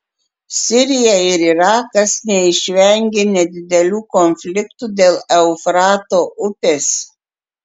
sirija ir irakas neišvengė nedidelių konfliktų dėl eufrato upės